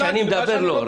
כשאני מדבר, לא.